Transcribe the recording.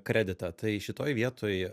kreditą tai šitoj vietoj